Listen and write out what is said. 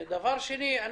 דבר שני,